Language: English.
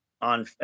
on